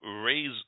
raise